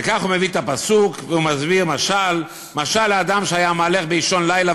וכך הוא מביא את הפסוק ומסביר משל: "משל לאדם שהיה מהלך באישון לילה